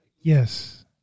Yes